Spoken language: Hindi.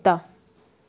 कुत्ता